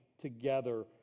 together